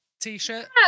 t-shirt